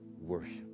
worship